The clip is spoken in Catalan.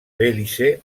belize